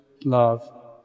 love